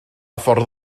ffordd